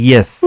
Yes।